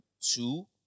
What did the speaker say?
two